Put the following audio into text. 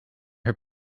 her